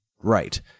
right